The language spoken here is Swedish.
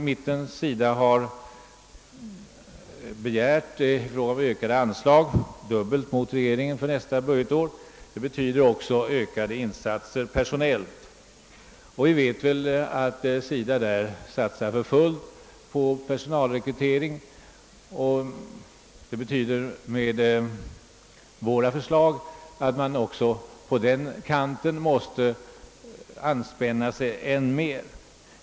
Mittenpartiernas förslag till anslagsökningar medför också ökade personella insatser. Vi vet att SIDA satsar för fullt på personalrekrytering. Våra förslag medför att man i det avseendet måste anspänna sig än mer.